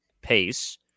pace